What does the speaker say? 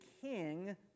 king